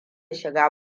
shiga